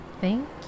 Thank